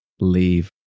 leave